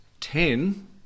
ten